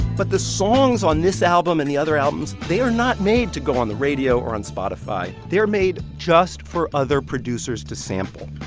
but the songs on this album and the other albums they are not made to go on the radio or on spotify. they are made just for other producers to sample.